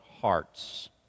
hearts